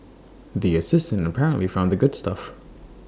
the assistant apparently found the good stuff